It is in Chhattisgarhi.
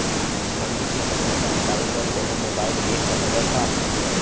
मंडी के जम्मो जानकारी बर कोनो मोबाइल ऐप्प हवय का?